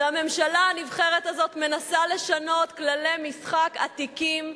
והממשלה הנבחרת הזאת מנסה לשנות כללי משחק עתיקים,